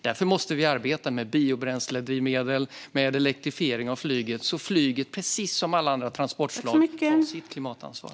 Därför måste vi arbeta med biobränsledrivmedel och elektrifiering av flyget så att det, precis som alla andra transportslag, tar sitt klimatansvar.